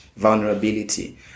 vulnerability